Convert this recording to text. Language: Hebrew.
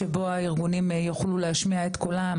שבו הארגונים יוכלו להשמיע את כולם,